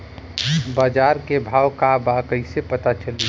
बाजार के भाव का बा कईसे पता चली?